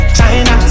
China